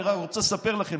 אני רוצה לספר לכם,